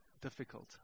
difficult